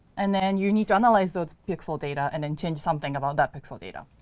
and then you need to analyze those pixel data and then change something about that pixel data.